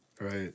right